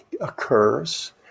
occurs